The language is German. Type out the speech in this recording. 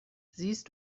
siehst